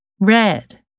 Red